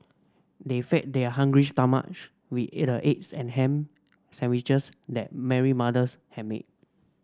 they fed their hungry stomach with a eggs and ham sandwiches that Mary mothers had made